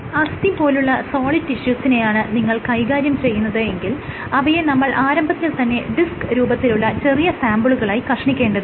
അസ്ഥിപോലുള്ള solid ടിഷ്യൂസിനെയാണ് നിങ്ങൾ കൈകാര്യം ചെയ്യുന്നത് എങ്കിൽ അവയെ നമ്മൾ ആരംഭത്തിൽ തന്നെ ഡിസ്ക് രൂപത്തിലുള്ള ചെറിയ സാംപിളുകളായി കഷ്ണിക്കേണ്ടതുണ്ട്